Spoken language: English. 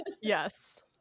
Yes